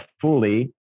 fully